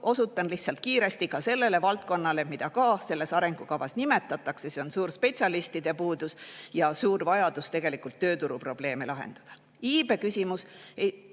osutan lihtsalt kiiresti ka sellele valdkonnale, mida ka selles arengukavas nimetatakse – suur spetsialistide puudus ja suur vajadus tegelikult tööturuprobleeme lahendada. Iibeküsimus